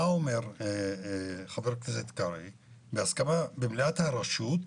מה אומר חבר הכנסת קרעי - בהסכמה במליאת הרשות,